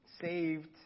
saved